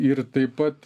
ir taip pat